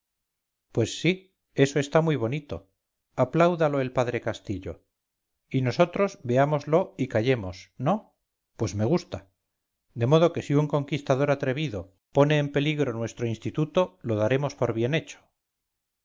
pues sí eso está muy bonito apláudalo el padre castillo y nosotros veámoslo y callemos no pues me gusta de modo que si un conquistador atrevido pone en peligro nuestro instituto lo daremos por bien hecho